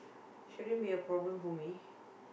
shouldn't be a problem for me